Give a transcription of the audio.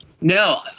no